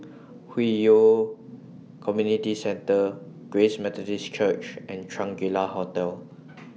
Hwi Yoh Community Centre Grace Methodist Church and Shangri La Hotel